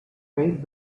great